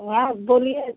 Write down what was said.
हाँ बोलिए